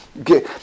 Okay